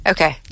Okay